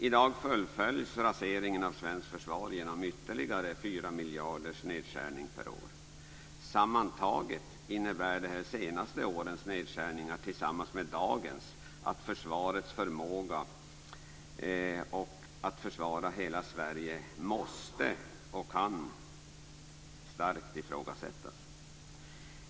I dag fullföljs raseringen av svenskt försvar genom en nedskärning med ytterligare 4 miljarder kronor per år. Sammantaget innebär de senaste årens nedskärningar och dagens beslut att försvarets förmåga att försvara hela Sverige måste, och kan, starkt ifrågasättas.